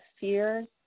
fears